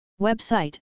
Website